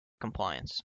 compliance